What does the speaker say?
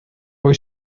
hoy